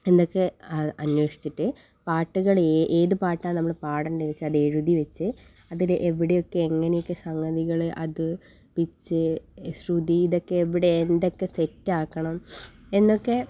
എന്നൊക്കെ അ അന്വേഷിച്ചിട്ട് പാട്ടുകൾ ഏത് ഏത് പാട്ടാണ് നമ്മൾ പാടേണ്ടതെന്ന് വെച്ചാൽ എഴുതി വെച്ച് അതിൽ എവിടെയൊക്കെ എങ്ങനെയൊക്കെ സംഗതികൾ അത് പിച്ച് ശ്രുതി ഇതൊക്കെ എവിടെ എന്തൊക്കെ സെറ്റ് ആക്കണം എന്നൊക്കെ